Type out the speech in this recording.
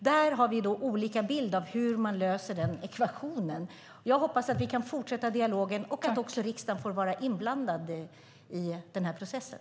Där har vi olika bild av hur man löser den ekvationen. Jag hoppas att vi kan fortsätta dialogen och att också riksdagen får vara inblandad i processen.